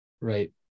right